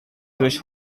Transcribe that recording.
durch